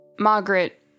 Margaret